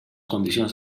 condicions